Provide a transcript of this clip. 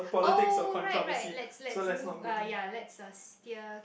oh right right let's let's move uh ya let's uh steer